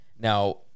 Now